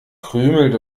krümelt